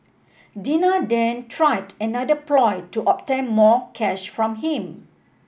Dina then tried another ploy to obtain more cash from him